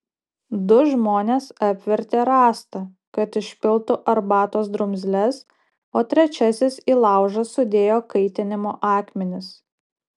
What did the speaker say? du žmonės apvertė rąstą kad išpiltų arbatos drumzles o trečiasis į laužą sudėjo kaitinimo akmenis